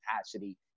capacity